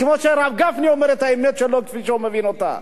כמו שהרב גפני אומר את האמת שלו כפי שהוא מבין אותה.